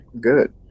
good